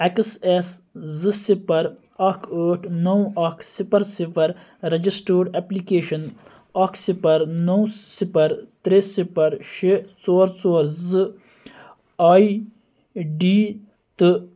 ایٚکس S زٕ صِفَر اکھ ٲٹھ نو اکھ صِفَر صِفَر رجسٹٲرٕڈ ایپلکیشن اکھ صِفر نو صِفَر ترٛےٚ صِفر شےٚ ژور ژور زٕ آئی ڈی تہٕ